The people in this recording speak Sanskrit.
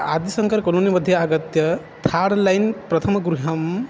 आदिशङ्करः कोलोनिमध्ये आगत्य थार्ड् लैन् प्रथमं गृहम्